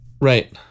Right